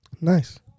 Nice